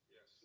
Yes